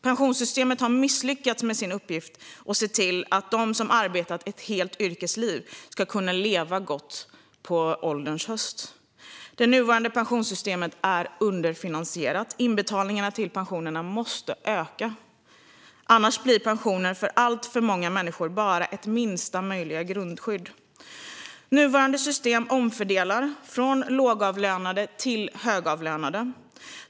Pensionssystemet har misslyckats med sin uppgift att se till att de som arbetat ett helt yrkesliv ska kunna leva gott på ålderns höst. Det nuvarande pensionssystemet är underfinansierat. Inbetalningarna till pensionerna måste öka. Annars blir pensionen för alltför många människor bara ett minsta möjliga grundskydd. Nuvarande system omfördelar från lågavlönade till högavlönade.